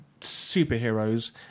superheroes